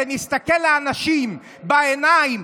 ונסתכל לאנשים בעיניים,